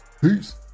Peace